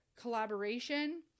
collaboration